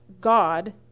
God